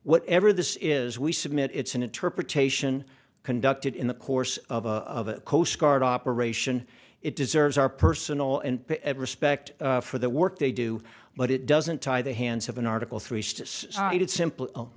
whatever this is we submit it's an interpretation conducted in the course of a coastguard operation it deserves our personnel and respect for the work they do but it doesn't tie the hands of an article three